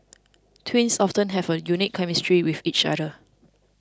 twins often have a unique chemistry with each other